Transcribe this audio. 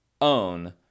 own